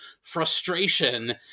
frustration